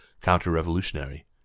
counter-revolutionary